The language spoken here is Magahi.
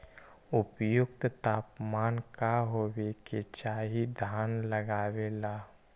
उपयुक्त तापमान का होबे के चाही धान लगावे ला?